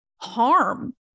harm